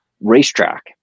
racetrack